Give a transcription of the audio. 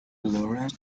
lawrence